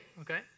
Okay